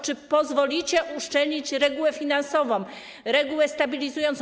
Czy pozwolicie uszczelnić regułę finansową, regułę stabilizującą?